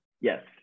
Yes